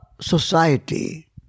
society